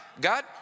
God